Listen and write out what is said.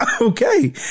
Okay